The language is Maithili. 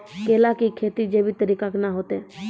केला की खेती जैविक तरीका के ना होते?